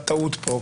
טעות פה.